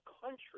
country